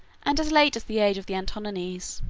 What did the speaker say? and as late as the age of the antonines,